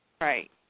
Right